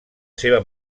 seva